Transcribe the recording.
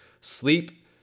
sleep